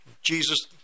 Jesus